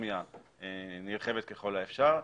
ואוטונומיה נרחבת ככל האפשר,